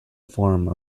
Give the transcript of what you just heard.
form